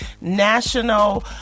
National